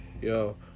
Yo